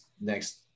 next